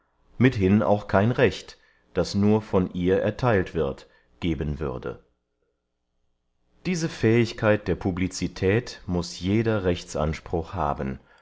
mithin auch kein recht das nur von ihr ertheilt wird geben würde diese fähigkeit der publicität muß jeder rechtsanspruch haben